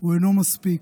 ואינו מספיק,